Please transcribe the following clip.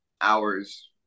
hours